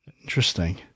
Interesting